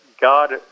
God